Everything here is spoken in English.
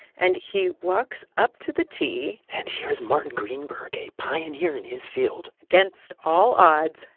and he walks up to the tee. and here is martin greenberg, a pioneer in his field against all odds,